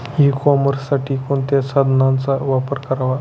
E कॉमर्ससाठी कोणत्या साधनांचा वापर करावा?